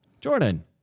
Jordan